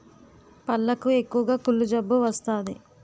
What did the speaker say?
పళ్లకు ఎక్కువగా కుళ్ళు జబ్బు వస్తాది